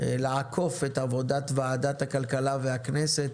לעקוף את עבודת ועדת הכלכלה והכנסת